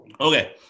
Okay